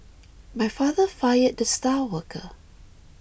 my father fired the star worker